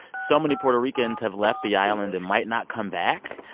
so many puerto ricans have left the island and might not come back.